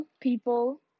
people